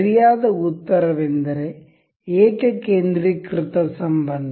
ಸರಿಯಾದ ಉತ್ತರವೆಂದರೆ ಏಕಕೇಂದ್ರೀಕೃತ ಸಂಬಂಧ